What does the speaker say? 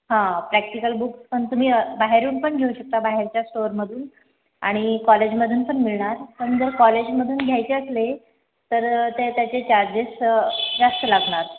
हां practical book पण तुम्ही बाहेरून पण घेऊ शकता बाहेरच्या स्टोरमधून आणि कॉलेजमधून पण मिळणार पण जर कॉलेजमधून घ्यायचे असले तर ते त्याचे चार्जेस जास्त लागणार